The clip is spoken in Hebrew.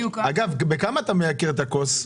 בכמה תתייקר הכוס?